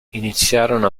iniziarono